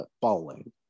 bowling